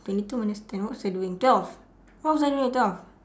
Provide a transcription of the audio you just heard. twenty two minus ten what was I doing twelve what was I doing at twelve